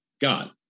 God